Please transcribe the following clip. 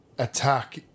attack